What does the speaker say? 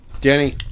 Danny